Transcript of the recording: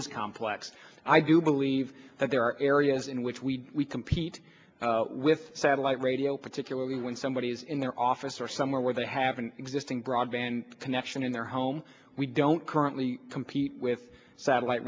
is complex i do believe that there are areas in which we compete with satellite radio particularly when somebody is in their office or somewhere where they have an existing broadband connection in their home we don't currently compete with satellite